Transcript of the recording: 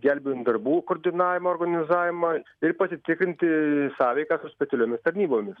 gelbėjimo darbų koordinavimą organizavimą ir pasitikrinti sąveiką su specialiomis tarnybomis